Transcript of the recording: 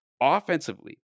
Offensively